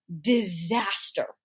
disaster